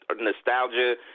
nostalgia